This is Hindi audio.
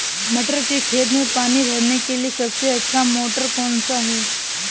मटर के खेत में पानी भरने के लिए सबसे अच्छा मोटर कौन सा है?